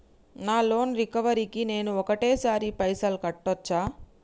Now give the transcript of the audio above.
నా loan recovery కి నేను ఒకటేసరి పైసల్ కట్టొచ్చా?